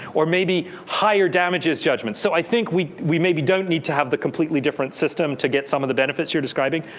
or maybe higher damages judgment. so i think we we maybe don't need to have the completely different system to get some of the benefits you are describing.